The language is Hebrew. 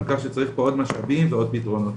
צריך פה עוד משאבים ועוד פתרונות.